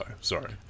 Sorry